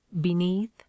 beneath